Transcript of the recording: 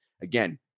Again